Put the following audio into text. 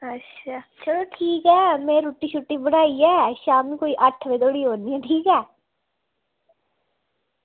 तां अच्छा चलो ठीक ऐ में रुट्टी बनाइयै शामीं कोई अट्ठ बजे धोड़ी औनी ठीक ऐ